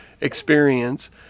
experience